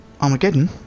Armageddon